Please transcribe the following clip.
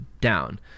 down